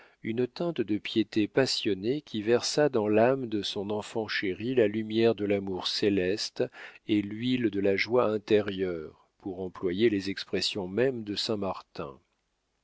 une teinte de piété passionnée qui versa dans l'âme de son enfant chéri la lumière de l'amour céleste et l'huile de la joie intérieure pour employer les expressions mêmes de